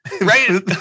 Right